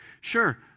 Sure